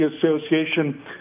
Association